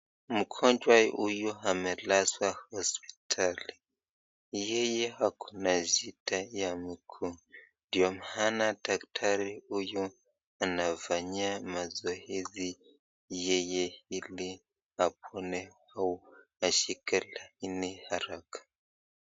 Mgonjwa huyu amelazwa hospitali. Yeye ako na shida ya mguu ndio maana daktari huyu anamfanyia mazoezi yeye ili apone au ashike ini haraka.